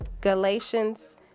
Galatians